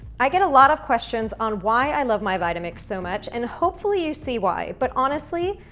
i get a lot of questions on why i love my vitamix so much and hopefully you see why but honestly,